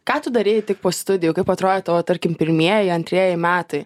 ką tu darei tik po studijų kaip atrodė tavo tarkim pirmieji antrieji metai